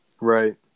Right